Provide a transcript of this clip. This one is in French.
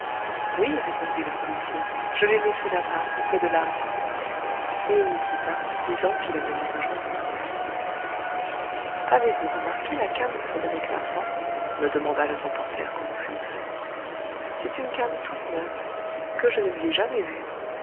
oui répondit le policier je l'ai laissée là-bas auprès de l'arbre et il nous quitta disant qu'il allait nous rejoindre tout de suite avez-vous remarqué la canne de frédéric larsan me demanda le reporter quand nous fûmes seuls c'est une canne toute neuve que je ne lui ai jamais vue